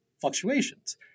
fluctuations